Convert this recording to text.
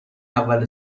اول